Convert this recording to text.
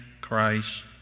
Christ